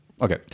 Okay